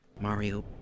Mario